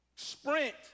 sprint